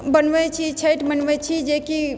बनबै छी छैठ मनबै छी जेकि